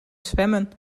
zwemmen